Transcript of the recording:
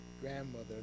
grandmother